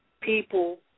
people